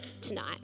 tonight